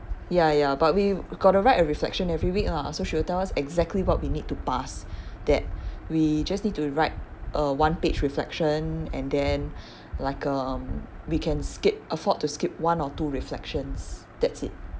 ya ya but we got to write a reflection every week lah so she will tell us exactly what we need to pass that we just need to write a one page reflection and then like um we can skip afford to skip one or two reflections that's it